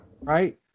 right